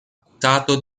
accusato